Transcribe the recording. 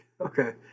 Okay